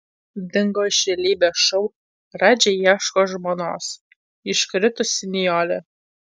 dingo iš realybės šou radži ieško žmonos iškritusi nijolė